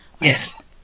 Yes